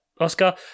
Oscar